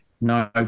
No